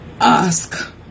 ask